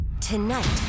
Tonight